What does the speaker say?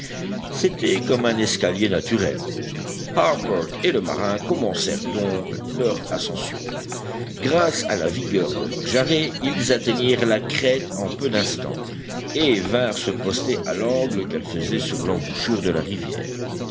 c'était comme un escalier naturel harbert et le marin commencèrent donc leur ascension grâce à la vigueur de leurs jarrets ils atteignirent la crête en peu d'instants et vinrent se poster à l'angle qu'elle faisait sur l'embouchure de la rivière